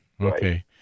Okay